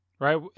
right